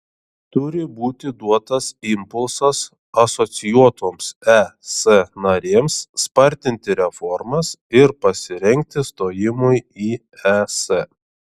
turi būti duotas impulsas asocijuotoms es narėms spartinti reformas ir pasirengti stojimui į es